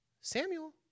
Samuel